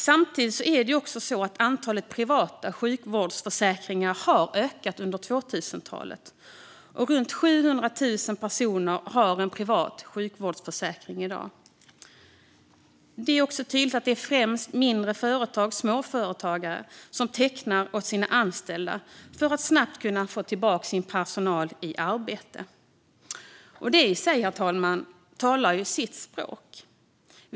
Samtidigt har antalet privata sjukvårdsförsäkringar ökat under 2000-talet, och runt 700 000 personer har i dag en privat sjukvårdsförsäkring. Det är tydligt att det främst är mindre företag och småföretagare som tecknar försäkringar åt sina anställda för att snabbt kunna få tillbaka sin personal i arbete. Och det i sig, herr talman, talar sitt språk.